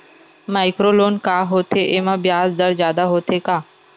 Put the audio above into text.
Micro loan का होथे येमा ब्याज दर जादा होथे का?